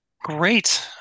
Great